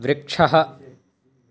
वृक्षः